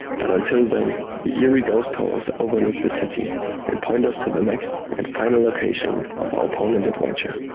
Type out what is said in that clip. but until then, the eerie ghost towers overlook the city and point us to the next and final location of our poland adventure.